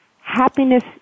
happiness